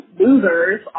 losers